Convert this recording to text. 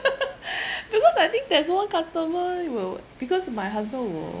because I think there's one customer will because my husband will